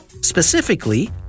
Specifically